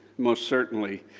most certainly,